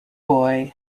boy